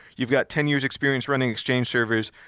you've got ten years' experience running exchange servers.